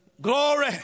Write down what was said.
glory